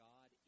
God